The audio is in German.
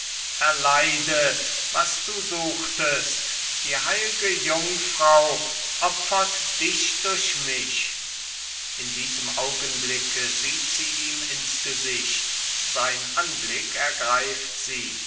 erleide was du suchtest die heilge jungfrau opfert dich durch mich in diesem augenblick sieht sie ihm ins gesicht sein anblick ergreift sie